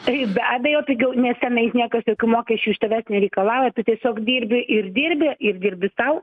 tai be abejo pigiau nes tenais niekas jokių mokesčių iš tavęs nereikalauja tu tiesiog dirbi ir dirbi ir dirbi sau